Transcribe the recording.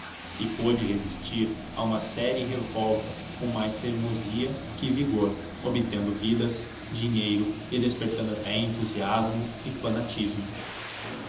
e pôde resistir a uma séria revolta com mais teimosia que vigor obtendo vidas dinheiro e despertando até entusiasmo e fanatismo